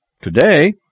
Today